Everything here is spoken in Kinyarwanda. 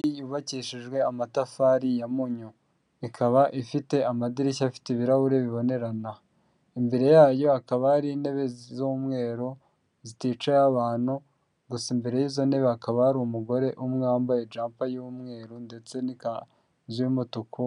Inzu yubakishijwe amatafari ya munnyu ikaba ifite amadirishya afite ibirahuri bibonerana imbere yayo hakaba hari intebe z'umweru ziticayeho abantu gusa imbere y'izo ntebe hakaba hari umugore umwe wambaye japa y'umweru ndetse n'ikanzu y'umutuku